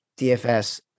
DFS